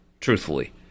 truthfully